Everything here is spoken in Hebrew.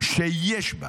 שיש בה